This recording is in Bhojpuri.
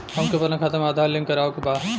हमके अपना खाता में आधार लिंक करावे के बा?